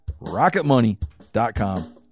Rocketmoney.com